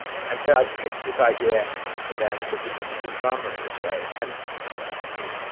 and so i pitched this idea to them that we could do drama in this way. and it